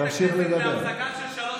בוא נפסיק שנייה, נחכה לשר.